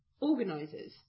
organisers